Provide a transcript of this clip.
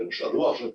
לא שלוח של טסלה.